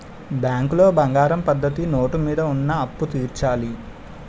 బ్యాంకులో బంగారం పద్ధతి నోటు మీద ఉన్న అప్పు తీర్చాలి